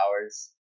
hours